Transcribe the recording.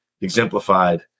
exemplified